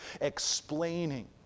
explaining